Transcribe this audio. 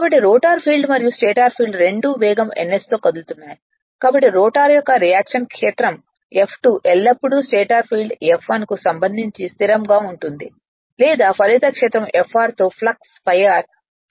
కాబట్టి rotor field మరియు stator field రెండూ వేగం ns తో కదులుతున్నాయి కాబట్టి రోటర్ యొక్క రియాక్షన్ క్షేత్రం F2 ఎల్లప్పుడూ స్టేటర్ ఫీల్డ్ F1 కు సంబంధించి స్థిరంగా ఉంటుంది లేదా ఫలిత క్షేత్రం Fr తో ఫ్లక్స్ ∅r పోల్